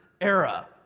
era